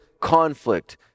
conflict